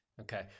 Okay